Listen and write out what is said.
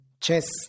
chess